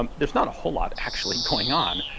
um there's not a whole lot actually going on.